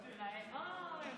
יפה.